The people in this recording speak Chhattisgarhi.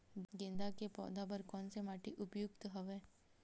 गेंदा के पौधा बर कोन से माटी उपयुक्त हवय?